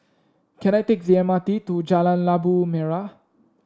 can I take the M R T to Jalan Labu Merah